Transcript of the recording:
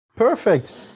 Perfect